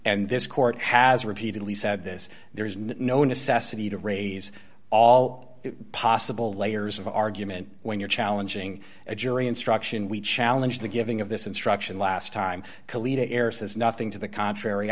and this court has repeatedly said this there is no necessity to raise all possible layers of argument when you're challenging a jury instruction we challenge the giving of this instruction last time kalita air says nothing to the contrary